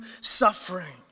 suffering